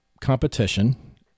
competition